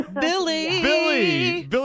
Billy